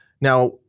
now